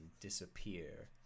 disappear